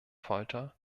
folter